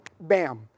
bam